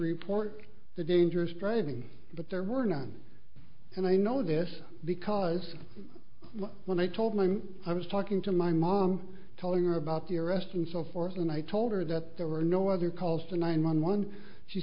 report the dangerous driving but there were none and i know this because when i told him i was talking to my mom telling her about the arrest and so forth and i told her that there were no other calls to nine one one she